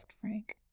Frank